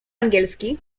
angielski